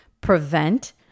prevent